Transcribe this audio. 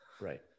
Right